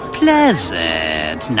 pleasant